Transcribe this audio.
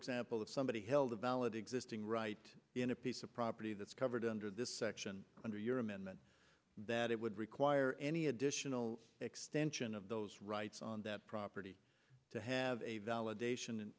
example that somebody held a valid existing right in a piece of property that's covered under this section under your amendment that it would require any additional extension of those rights on that property to have a validation